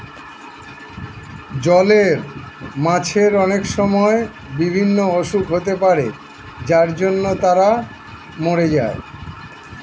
জলের মাছের অনেক সময় বিভিন্ন অসুখ হতে পারে যার জন্য তারা মোরে যায়